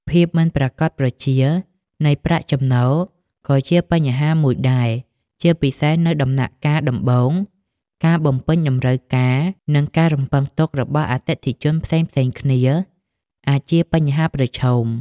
ភាពមិនប្រាកដប្រជា នៃប្រាក់ចំណូលក៏ជាបញ្ហាមួយដែរ ជាពិសេសនៅដំណាក់កាលដំបូង។ ការ បំពេញតម្រូវការ និងការរំពឹងទុករបស់អតិថិជនផ្សេងៗគ្នា អាចជាបញ្ហាប្រឈម។